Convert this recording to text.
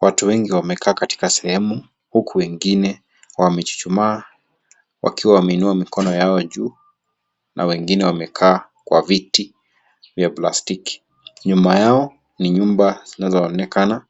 Watu wengi wamekaa katika sehemu, huku wengine wamechuchumaa wakiwa wameinua mikono yao juu na wengine wamekaa kwa viti vya plastiki. Nyuma yao ni nyumba zinazoonekana